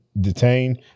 detained